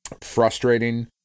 frustrating